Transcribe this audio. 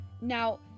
now